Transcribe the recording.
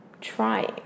Trying